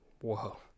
Whoa